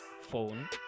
phone